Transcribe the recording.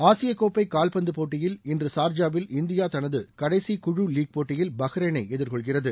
ஆசிய கோப்பை கால்பந்து போட்டியில் இன்று ஷார்ஜாவில் இந்தியா தனது கடைசி குழு லீக் போட்டியில் பஹ்ரனை எதிர்கொள்கிறது